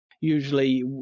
usually